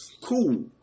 Cool